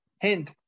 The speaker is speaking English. Hint